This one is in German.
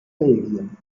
belgien